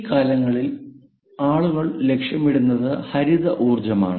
ഈ കാലങ്ങളിൽ ആളുകൾ ലക്ഷ്യമിടുന്നത് ഹരിത ഊർജ്ജമാണ്